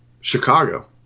Chicago